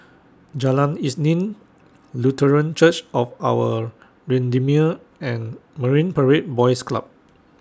Jalan Isnin Lutheran Church of Our Redeemer and Marine Parade Boys Club